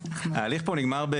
ההליך פה נגמר,